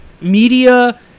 media